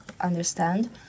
understand